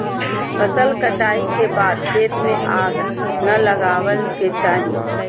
फसल कटाई के बाद खेत में आग नै लगावय के चाही